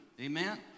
Amen